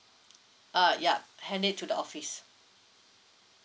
ah yup hand it to the office